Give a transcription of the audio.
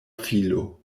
filo